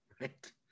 right